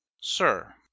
sir